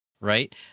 Right